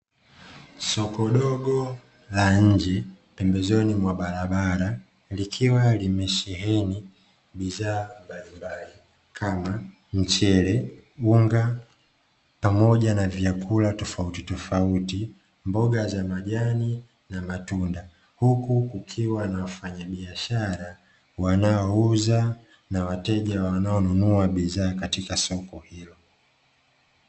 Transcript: Soko dogo la nje pembezoni mwa barabara likiwa limesheheni bidhaa mbalimbali kama mchele, unga pamoja na vyakula tofauti tofauti, mboga za majani na matunda. Huku kukiwa na wafanyabiashara wanaouza na wateja wanaonunua bidhaa katika soko hilo.